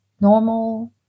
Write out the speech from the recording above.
normal